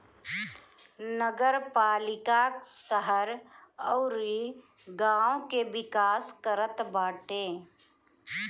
नगरपालिका शहर अउरी गांव के विकास करत बाटे